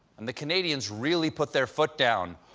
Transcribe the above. and the canadians really put their foot down.